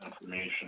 information